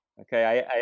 Okay